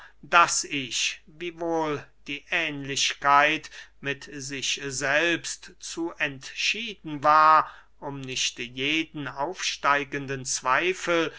daß ich wiewohl die ähnlichkeit mit sich selbst zu entschieden war um nicht jeden aufsteigenden zweifel